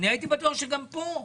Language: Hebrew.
הייתי בטוח שגם פה,